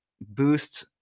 boost